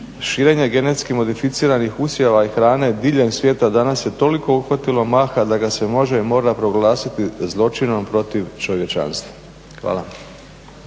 Širenje genetski modificiranih usjeva i hrane diljem svijeta danas je toliko uhvatilo maha da ga se može i mora proglasiti zločinom protiv čovječanstva. Hvala.